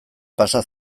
pasa